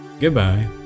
goodbye